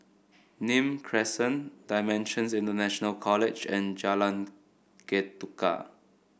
Nim Crescent Dimensions International College and Jalan Ketuka